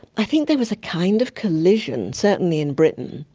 i think there was a kind of collision, certainly in britain,